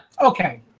Okay